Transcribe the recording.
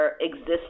exist